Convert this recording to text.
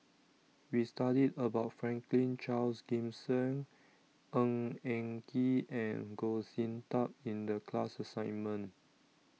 We studied about Franklin Charles Gimson Ng Eng Kee and Goh Sin Tub in The class assignment